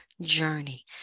journey